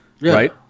right